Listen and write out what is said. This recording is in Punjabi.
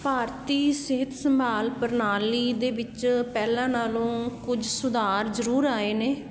ਭਾਰਤੀ ਸਿਹਤ ਸੰਭਾਲ ਪ੍ਰਣਾਲੀ ਦੇ ਵਿੱਚ ਪਹਿਲਾਂ ਨਾਲੋਂ ਕੁਝ ਸੁਧਾਰ ਜ਼ਰੂਰ ਆਏ ਨੇ